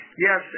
Yes